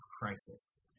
crisis